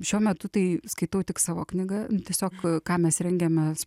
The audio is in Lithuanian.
šiuo metu tai skaitau tik savo knygą tiesiog ką mes rengiamės